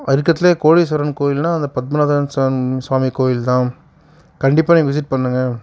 இருக்குறதுலேயே கோடீஸ்வரன் கோயில்னால் அது பத்மநாதன் சுவாமி சுவாமி கோயில் தான் கண்டிப்பாக நீங்கள் விசிட் பண்ணுங்க